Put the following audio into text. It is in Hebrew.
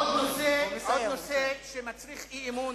עוד נושא שמצריך אי-אמון,